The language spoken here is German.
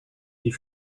die